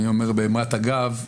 אני אומר באמרת אגב,